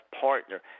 partner